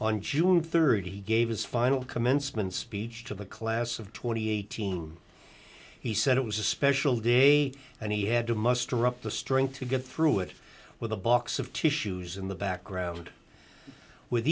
on june rd he gave his final commencement speech to the class of two thousand and eighteen he said it was a special day and he had to muster up the strength to get through it with a box of tissues in the background with